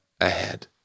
ahead